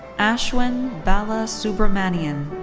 ashwin bala subramanian.